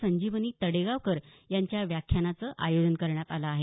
संजीवनी तडेगावकर यांच्या व्याख्यानाचं आयोजन करण्यात आलं आहे